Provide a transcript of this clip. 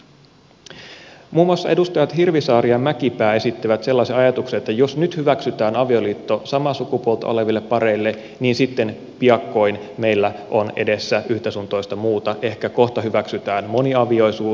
muun muassa edustajat hirvisaari ja mäkipää esittivät sellaisen ajatuksen että jos nyt hyväksytään avioliitto samaa sukupuolta oleville pareille niin sitten piakkoin meillä on edessä yhtä sun toista muuta ehkä kohta hyväksytään moniavioisuus